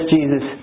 Jesus